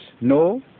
no